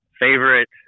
Favorite